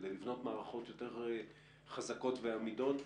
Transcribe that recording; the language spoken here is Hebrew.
כדי לבנות מערכות יותר חזקות ועמידות,